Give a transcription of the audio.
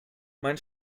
mein